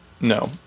No